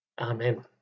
Amen